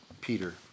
Peter